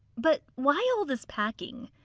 but why all this packing?